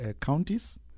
counties